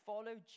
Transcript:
Follow